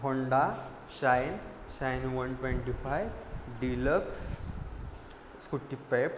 Honda Shine Shine one twenty five deluxe Scooty pepped